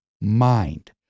mind